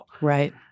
Right